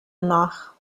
nach